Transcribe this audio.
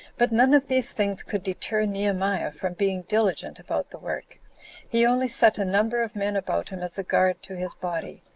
but none of these things could deter nehemiah from being diligent about the work he only set a number of men about him as a guard to his body,